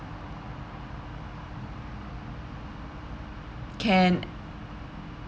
can